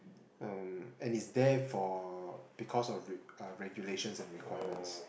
mm and it's there for because of the uh regulations and requirements